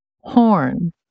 horn